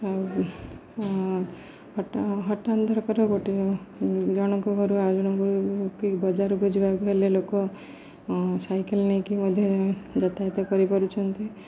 ଆଉ ହଟା ହଠାତ୍ ଦରକାର ଗୋଟେ ଜଣଙ୍କ ଘରୁ ଆଉଜଣଙ୍କୁ କି ବଜାରକୁ ଯିବାକୁ ହେଲେ ଲୋକ ସାଇକେଲ୍ ନେଇକି ମଧ୍ୟ ଯାତାୟାତ କରିପାରୁଛନ୍ତି